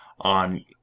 on